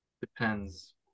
Depends